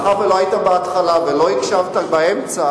מאחר שלא היית בהתחלה ולא הקשבת באמצע,